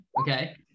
Okay